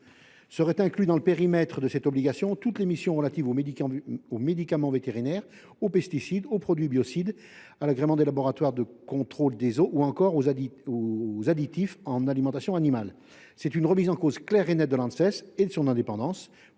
Seraient incluses dans le périmètre de cette obligation toutes les missions relatives aux médicaments vétérinaires, aux pesticides, aux produits biocides, à l’agrément des laboratoires agréés pour le contrôle sanitaire des eaux ou encore aux additifs utilisés en alimentation animale. Il s’agit d’une remise en cause claire et nette de l’Anses et de son indépendance.